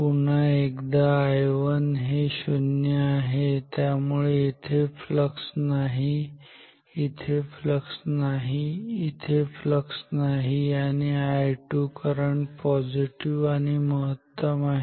पुन्हा एकदा I1 हे 0 आहे त्यामुळे इथे फ्लक्स नाही इथे फ्लक्स नाही इथे फ्लक्स नाही आणि I2 करंट पॉझिटिव्ह आणि महत्तम आहे